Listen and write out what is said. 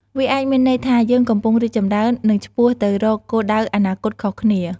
វាអាចមានន័យថា យើងកំពុងរីកចម្រើន និងឆ្ពោះទៅរកគោលដៅអនាគតខុសគ្នា។